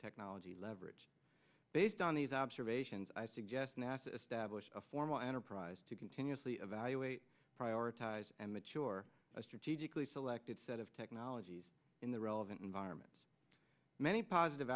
technology leverage based on these observations i suggest nasa stablish a formal enterprise to continuously evaluate prioritize and mature a strategically selected set of technologies in the relevant environments many positive